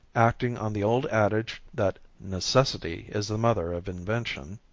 acting on the old adage that necessity is the mother of invention,